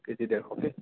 KG ডেৰশ কে